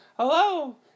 Hello